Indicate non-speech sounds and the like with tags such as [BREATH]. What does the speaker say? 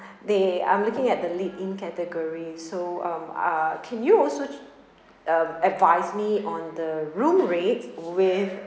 [BREATH] they I'm looking at the lead in category so um uh can you also uh advise me on the room rate with